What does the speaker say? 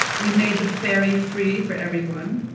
we made the ferry free for everyone.